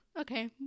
okay